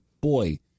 boy